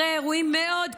אחרי אירועים מאוד קשים,